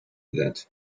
that